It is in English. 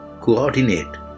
coordinate